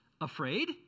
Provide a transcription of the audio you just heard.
afraid